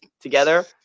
together